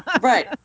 Right